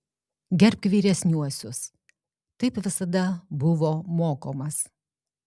gerbk vyresniuosius taip visada buvo mokomas